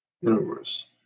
universe